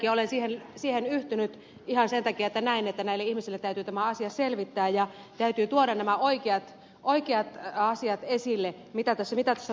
kylläkin olen siihen yhtynyt ihan sen takia että näen että näille ihmisille täytyy tämä asia selvittää ja täytyy tuoda nämä oikeat asiat esille mitä tässä tavoitellaan